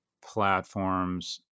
platforms